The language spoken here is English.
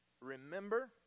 remember